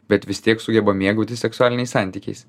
bet vis tiek sugeba mėgautis seksualiniais santykiais